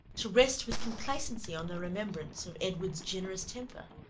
to rest with complacency on the remembrance of edward's generous temper,